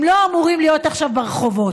הם לא אמורים להיות עכשיו ברחובות.